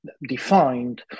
defined